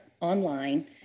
online